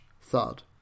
thud